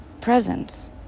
presence